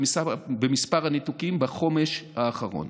במספר הניתוקים בחומש האחרון.